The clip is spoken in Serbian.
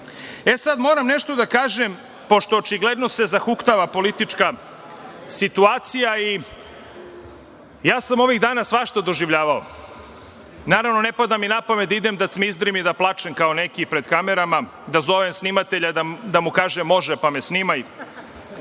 sad, moram nešto da kažem, pošto se očigledno zahuktava politička situacija. Ja sam ovih dana svašta doživljavao. Naravno, ne pada mi na pamet da idem da cmizdrim i da plačem, kao neki, pred kamerama, da zovem snimatelja, da mu kažem može, pa me snimaj.